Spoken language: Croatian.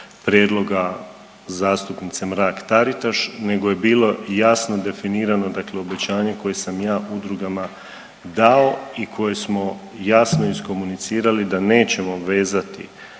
prijedloga zastupnice Mrak Taritaš nego je bilo jasno definirano obećanje koje sam ja udrugama dao i koje smo jasno iskomunicirali da nećemo vezati